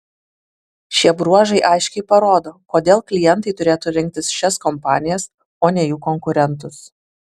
šie bruožai aiškiai parodo kodėl klientai turėtų rinktis šias kompanijas o ne jų konkurentus